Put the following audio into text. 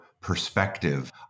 perspective